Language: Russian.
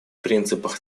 принципах